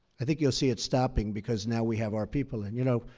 i think you'll see it stopping because now we have our people in. you know,